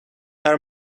are